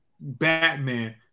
Batman